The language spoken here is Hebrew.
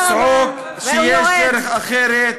לצעוק שיש דרך אחרת.